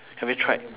have you tried